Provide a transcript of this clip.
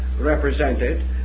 represented